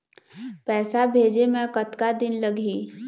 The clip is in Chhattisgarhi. पैसा भेजे मे कतका दिन लगही?